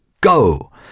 go